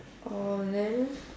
oh then